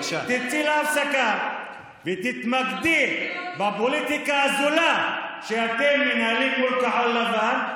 תצאי להפסקה ותתמקדי בפוליטיקה הזולה שאתם מנהלים מול כחול לבן,